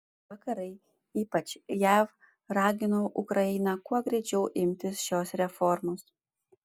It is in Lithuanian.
vakarai ypač jav ragino ukrainą kuo greičiau imtis šios reformos